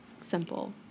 simple